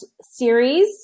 series